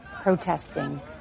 protesting